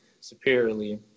superiorly